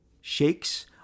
shakes